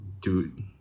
dude